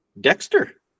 Dexter